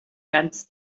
ganz